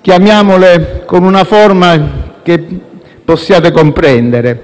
Chiamiamole con una forma che possiate comprendere: